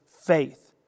Faith